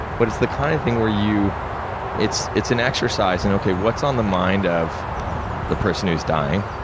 but, it's the kind of thing where you it's it's an exercise in, okay, what's on the mind of the person who's dying,